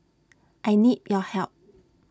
I need your help